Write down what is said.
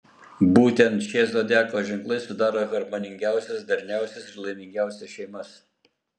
būtent šie zodiako ženklai sudaro harmoningiausias darniausias ir laimingiausias šeimas